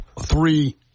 three